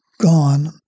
gone